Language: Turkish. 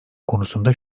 konusunda